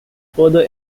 further